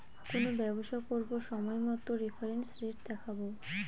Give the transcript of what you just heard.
কোনো ব্যবসা করবো সময় মতো রেফারেন্স রেট দেখাবো